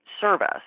service